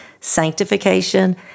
sanctification